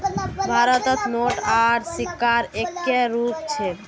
भारतत नोट आर सिक्कार एक्के रूप छेक